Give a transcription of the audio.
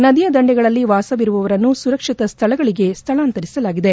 ನದಿಯ ದಂಡೆಗಳಲ್ಲಿ ವಾಸವಿರುವವರನ್ನು ಸುರಕ್ಷಿತ ಸ್ವಳಗಳಿಗೆ ಸ್ವಳಾಂತರಿಸಲಾಗಿದೆ